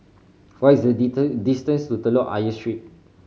what is the distance to Telok Ayer Street